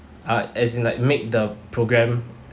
uh as in like make the programme